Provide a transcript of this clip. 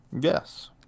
Yes